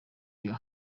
your